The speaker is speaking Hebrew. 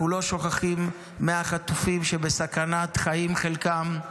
אנחנו לא שוכחים מהחטופים שבסכנת חיים, חלקם,